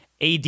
AD